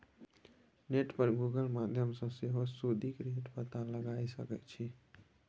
net पर Google माध्यमसँ सेहो सुदिक रेट पता लगाए सकै छी